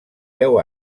deu